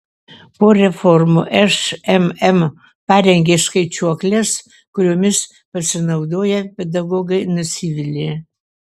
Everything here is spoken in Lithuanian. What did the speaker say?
po reformų šmm parengė skaičiuokles kuriomis pasinaudoję pedagogai nusivylė